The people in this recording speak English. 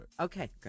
Okay